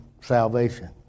salvation